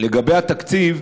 לגבי התקציב,